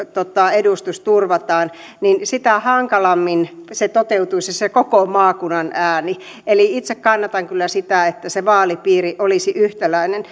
edustus turvataan sitä hankalammin se koko maakunnan ääni toteutuisi eli itse kannatan kyllä sitä että se vaalipiiri olisi yhtäläinen